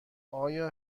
آیا